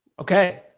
Okay